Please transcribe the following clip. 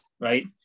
right